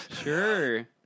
Sure